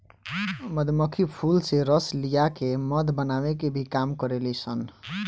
मधुमक्खी फूल से रस लिया के मध बनावे के भी काम करेली सन